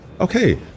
Okay